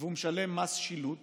והוא משלם מס שילוט